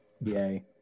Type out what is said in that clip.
yay